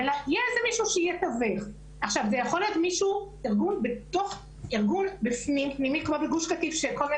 אבל יש אחריות גם על המדינה כמי ששיכנה את האנשים על קרקע שכולנו